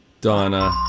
Donna